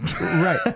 Right